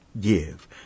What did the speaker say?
give